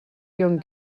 lyon